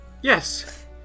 Yes